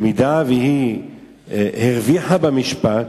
במידה שהיא הרוויחה במשפט,